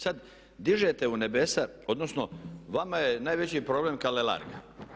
Sada dižete u nebesa, odnosno vama je najveći problem Kalelarga.